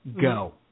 Go